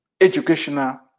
educational